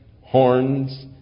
horns